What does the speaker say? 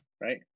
right